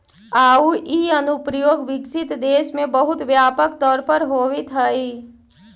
आउ इ अनुप्रयोग विकसित देश में बहुत व्यापक तौर पर होवित हइ